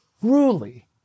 truly